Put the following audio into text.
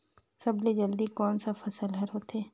सबले जल्दी कोन सा फसल ह होथे?